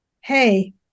hey